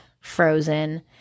Frozen